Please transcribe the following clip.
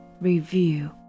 review